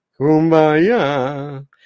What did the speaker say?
kumbaya